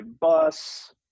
bus